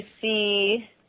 see